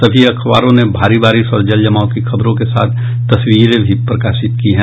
सभी अखबारों ने भारी बारिश और जलजमाव की खबरों के साथ तस्वीरें भी प्रकाशित की हैं